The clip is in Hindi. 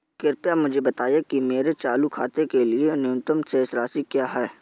कृपया मुझे बताएं कि मेरे चालू खाते के लिए न्यूनतम शेष राशि क्या है?